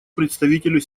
представителю